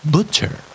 Butcher